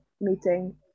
meeting